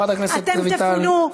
אתם תפונו,